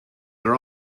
are